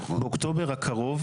באוקטובר הקרוב,